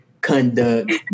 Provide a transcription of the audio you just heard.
Conduct